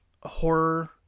horror